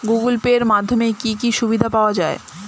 Google Pay এর মাধ্যমে কি কি সুবিধা পাওয়া যায়?